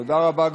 תודה רבה,